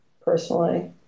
personally